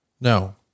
No